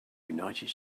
united